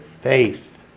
Faith